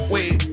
Wait